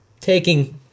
taking